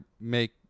make